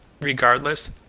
regardless